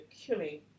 killing